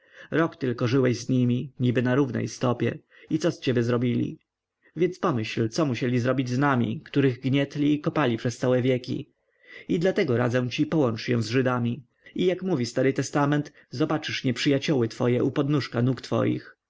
rok tylko żyłeś z nimi niby na równej stopie i co z ciebie zrobili więc pomyśl co musieli zrobić z nami których gnietli i kopali przez całe wieki i dlatego radzę ci połącz się z żydami zdublujesz majątek i jak mówi stary testament zobaczysz nieprzyjacioły twoje u podnóżka nóg twoich